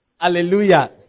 Hallelujah